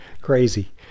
crazy